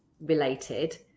related